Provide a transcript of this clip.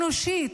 אנושית,